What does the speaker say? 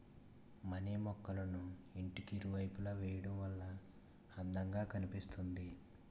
money మొక్కళ్ళను ఇంటికి ఇరువైపులా వేయడం వల్ల అందం గా కనిపిస్తుంది